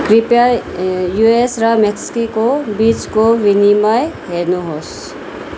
कृपया युएस र मेक्सिको बिचको विनिमय हेर्नुहोस्